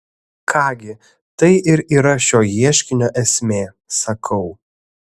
ką gi tai ir yra šio ieškinio esmė sakau